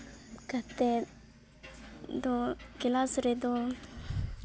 ᱠᱟᱛᱮᱫ ᱫᱚ ᱠᱞᱟᱥ ᱨᱮᱫᱚ